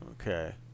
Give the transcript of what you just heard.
Okay